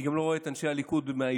אני גם לא רואה את אנשי הליכוד מאיישים